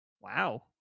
Wow